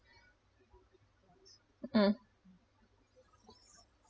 mm